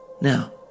Now